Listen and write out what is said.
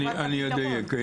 אני אדייק.